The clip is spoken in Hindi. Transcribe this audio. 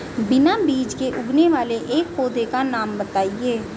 बिना बीज के उगने वाले एक पौधे का नाम बताइए